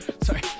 Sorry